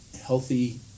healthy